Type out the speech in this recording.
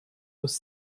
was